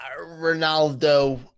Ronaldo